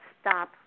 stop